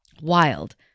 Wild